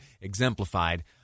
exemplified